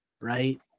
right